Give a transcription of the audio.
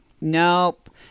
nope